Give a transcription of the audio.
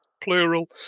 plural